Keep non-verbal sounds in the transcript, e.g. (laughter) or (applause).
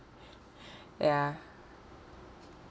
(breath) ya